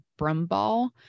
brumball